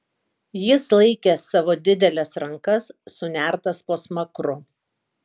jis laikė savo dideles rankas sunertas po smakru